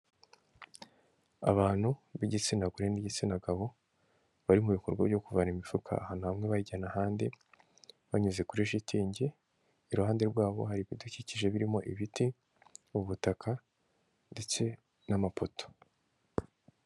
Abantu b'igitsina gore n'igitsina gabo, bari mu bikorwa byo kuvana imifuka ahantu hamwe bayijyana ahandi, banyuze kuri shitingi, iruhande rwabo hari ibidukikije birimo ibiti, ubutaka ndetse n'amapoto.